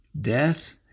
Death